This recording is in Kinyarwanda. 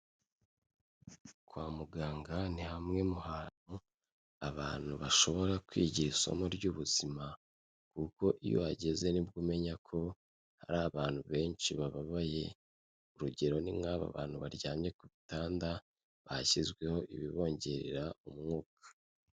Kwa muganga, ni hamwe mu hantu abantu bashobora kwigira isomo ry'ubuzima, kuko iyo uhageze nibwo umenya ko hari abantu benshi bababaye, urugero, ni nk'aba bantu baryamye ku bitanda bashyizweho ibibongerera umwuka.